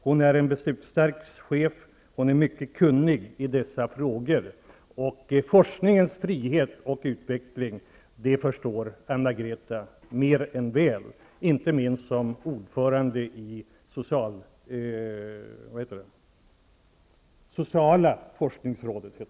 Hon är en beslutsstark chef och mycket kunnig i dessa frågor. Forskningens frihet och utveckling är någonting som Anna-Greta Leijon mer än väl förstår sig på, inte minst i sin egenskap av ordförande i sociala forskningsrådet.